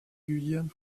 guyane